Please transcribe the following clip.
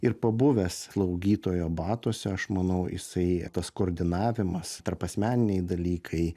ir pabuvęs slaugytojo batuose aš manau jisai tas koordinavimas tarpasmeniniai dalykai